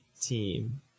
team